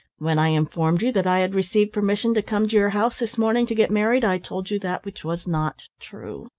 when i informed you that i had received permission to come to your house this morning to get married, i told you that which was not true.